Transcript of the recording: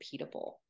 repeatable